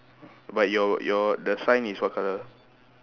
but your your the sign is what colour